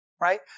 right